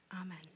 Amen